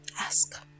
Ask